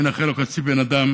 נכה, חצי בן אדם